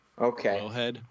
Okay